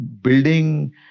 building